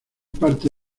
parte